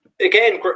again